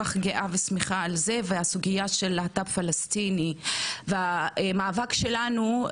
והסוגייה של להט"ב פלסטיני והמאבק שלנו,